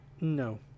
No